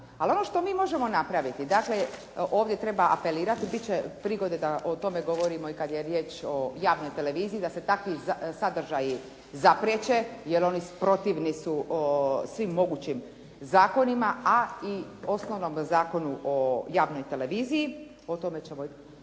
Ali ono što mi možemo napraviti, dakle ovdje treba apelirati, biti će prigode da o tome govorimo i kad je riječ o javnoj televiziji, da se takvi sadržaji zapriječe jer oni protivni su svim mogućim zakonima, a i osnovnom Zakonu o javnoj televiziji,